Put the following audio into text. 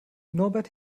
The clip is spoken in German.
norbert